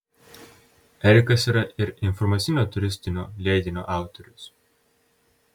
erikas yra ir informacinio turistinio leidinio autorius